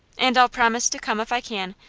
and i'll promise to come if i can.